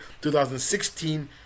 2016